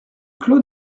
clos